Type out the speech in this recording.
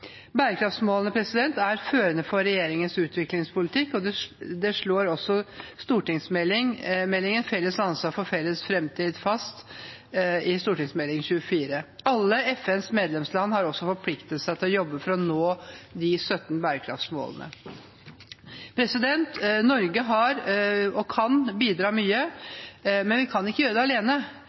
Bærekraftsmålene er førende for regjeringens utviklingspolitikk. Det slås fast i Meld. St. 24 for 2016–2017, Felles ansvar for felles fremtid – Bærekraftsmålene og norsk utviklingspolitikk. Alle FNs medlemsland har også forpliktet seg til å jobbe for å nå de 17 bærekraftsmålene. Norge har bidratt mye og kan bidra mye, men vi kan ikke gjøre det alene.